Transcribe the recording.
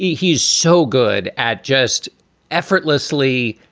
he's so good at just effortlessly.